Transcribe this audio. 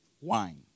wine